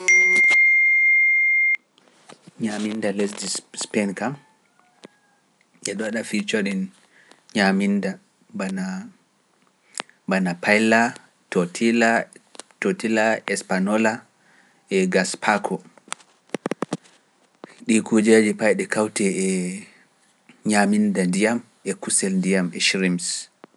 Nyaaminnda lesdi sip- Spain kam e ɗon waɗa featuring nyaaminnda bana, bana paayla, tootilla, tootilla, espanoola, e gaaspaako. Ɗi kuujeeji pat e ɗi kawtee e nyaaminnda ndiyam e kusel ndiyam e shrimps.